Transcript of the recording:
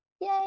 yay